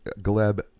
Gleb